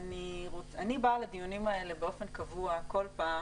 אני באה לדיונים האלה באופן קבוע כל פעם